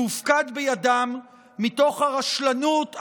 שהופקד בידם מתוך הרשלנות,